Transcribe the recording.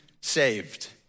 saved